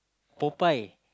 Popeye